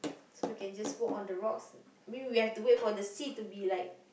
so we can just walk on the rocks I mean we have to wait for the sea to be like